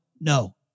no